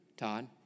Todd